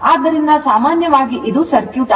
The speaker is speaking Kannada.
ಆದ್ದರಿಂದ ಸಾಮಾನ್ಯವಾಗಿ ಇದು ಸರ್ಕ್ಯೂಟ್ ಆಗಿದೆ